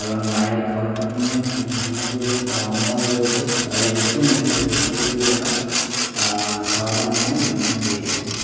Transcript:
এবং বাইরে খাওয়ার জন্যও অনেক ধরনের যে মল রয়েছে যা রেস্টুরেন্ট আছে সেই রেস্টুরেন্টে গিয়েও আমরা খাওয়া দাওয়ার মাধ্যমে বিনোদন পেয়ে থাকি